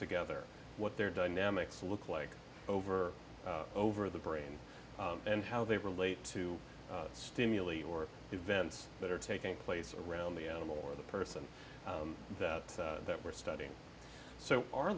together what their dynamics look like over over the brain and how they relate to stimulate or events that are taking place around the animal or the person that that we're studying so our